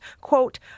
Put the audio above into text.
quote